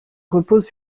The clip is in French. repose